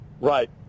Right